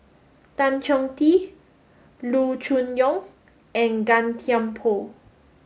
Tan Chong Tee Loo Choon Yong and Gan Thiam Poh